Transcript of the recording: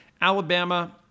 Alabama